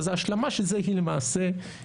אז ההשלמה של זה היא למעשה הייצוא,